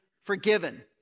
forgiven